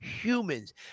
humans